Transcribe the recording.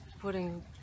putting